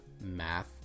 math